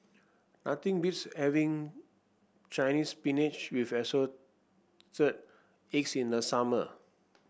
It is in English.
nothing beats having Chinese Spinach with eggs in the summer